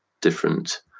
different